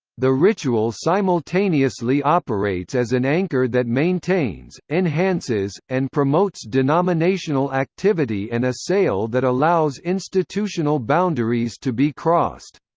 the ritual simultaneously operates as an anchor that maintains, enhances, and promotes denominational activity and a sail that allows institutional boundaries to be crossed.